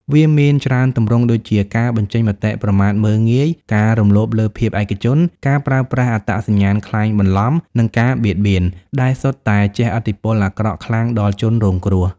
វាមានច្រើនទម្រង់ដូចជា ការបញ្ចេញមតិប្រមាថមើលងាយ ការរំលោភលើភាពឯកជន ការប្រើប្រាស់អត្តសញ្ញាណក្លែងបន្លំ និងការបៀតបៀន ដែលសុទ្ធតែជះឥទ្ធិពលអាក្រក់ខ្លាំងដល់ជនរងគ្រោះ។